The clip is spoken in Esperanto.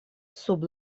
sub